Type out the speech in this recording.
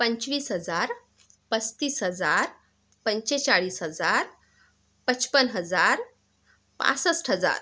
पंचवीस हजार पस्तीस हजार पंचेचाळीस हजार पचपन हजार पासष्ट हजार